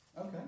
Okay